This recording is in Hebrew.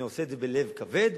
אני עושה את זה בלב כבד,